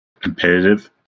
competitive